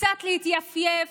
קצת להתייפייף,